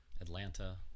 Atlanta